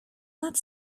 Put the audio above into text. nad